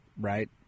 right